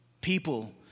People